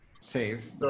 save